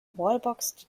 wallbox